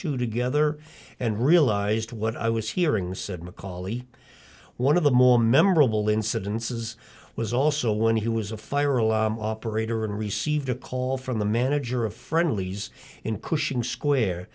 two together and realized what i was hearing said macauley one of the more memorable incidences was also when he was a fire alarm operator and received a call from the manager of friendlies in cushing square